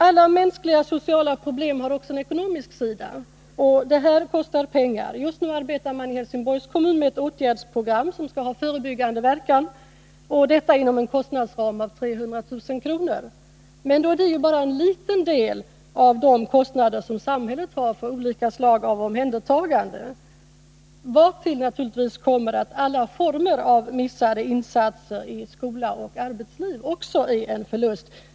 Alla mänskliga och sociala problem har också en ekonomisk sida, och det här kostar pengar. Just nu arbetar man i Helsingborgs kommun med ett åtgärdsprogram som skall ha förebyggande verkan, och kostnadsramen för detta är 300 000 kr. Men det är ju bara en liten del av olika kostnader som samhället har för omhändertagande. Därtill kommer ju också att alla former av missade insatser i skola och arbetsliv också är en ekonomisk förlust.